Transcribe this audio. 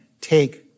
take